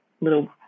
little